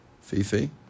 Fifi